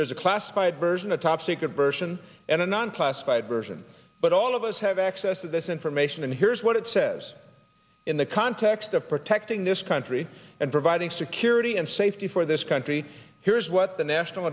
there's a classified version a top secret version and a non classified version but all of us have access to this information and here's what it says in the context of protecting this country and providing security and safety for this country here's what the national